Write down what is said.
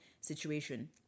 situation